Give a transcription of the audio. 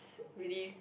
really